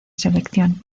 selección